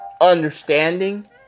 understanding